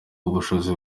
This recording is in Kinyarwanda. ubushobozi